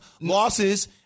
losses